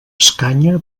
escanya